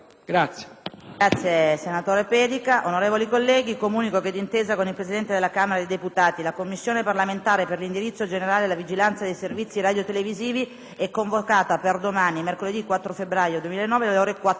apre una nuova finestra"). Colleghi, comunico che, d'intesa con il Presente della Camera dei deputati, la Commissione parlamentare per l'indirizzo generale e la vigilanza dei servizi radiotelevisivi è convocata per domani, mercoledì 4 febbraio 2009, alle ore 14,